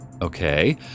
Okay